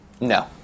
No